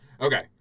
Okay